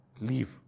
leave